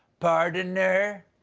pardon-er.